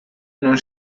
non